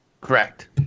Correct